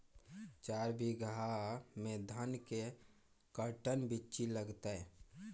चार बीघा में धन के कर्टन बिच्ची लगतै?